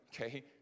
okay